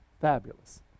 fabulous